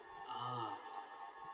ah